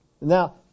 Now